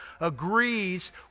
agrees